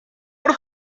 por